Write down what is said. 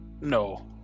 No